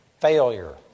failure